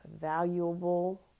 valuable